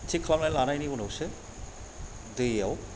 थिग खालामनानै लानायनि उनावसो दैयाव